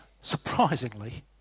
surprisingly